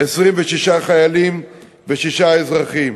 26 חיילים ושישה אזרחים.